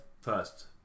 first